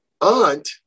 aunt